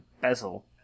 bezel